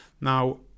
Now